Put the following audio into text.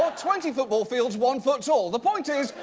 ah twenty football fields, one foot tall. the point is,